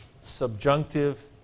subjunctive